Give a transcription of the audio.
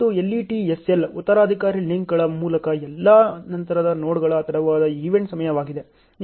ಮತ್ತು LET SL ಉತ್ತರಾಧಿಕಾರಿ ಲಿಂಕ್ಗಳ ಮೂಲಕ ಎಲ್ಲಾ ನಂತರದ ನೋಡ್ಗಳ ತಡವಾದ ಈವೆಂಟ್ ಸಮಯವಾಗಿದೆ